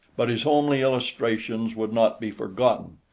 but his homely illustrations would not be forgotten,